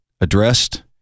addressed